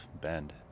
Bend